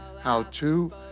How-To